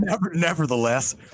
nevertheless